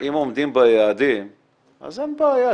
אם עומדים ביעדים אז אין בעיה.